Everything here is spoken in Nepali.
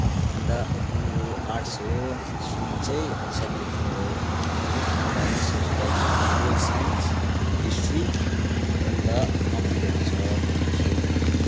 अन्त मेरो आर्टस हो स्ट्रिम चाहिँ अनि सब्जेक्ट चाहिँ मेरो English Nepali sociology pol science history अरू अन्त कमप्युटर छ मेरो चाहिँ